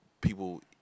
people